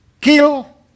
Kill